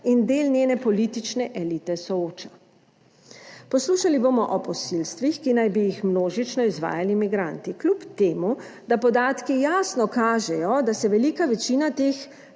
in del njene politične elite sooča. Poslušali bomo o posilstvih, ki naj bi jih množično izvajali migranti, kljub temu, da podatki jasno kažejo, da se velika večina teh,,